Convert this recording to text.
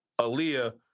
Aaliyah